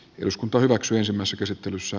eduskunta hyväksyi ensimmäisen käsittelyssä